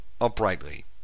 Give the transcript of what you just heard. uprightly